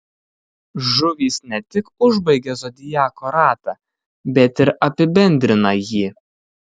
žuvys ne tik užbaigia zodiako ratą bet ir apibendrina jį